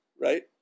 right